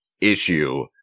issue